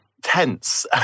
Tense